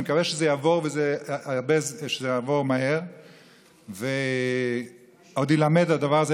אני מקווה שזה יעבור מהר ועוד יילמד הדבר הזה,